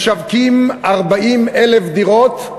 משווקים 40,000 דירות,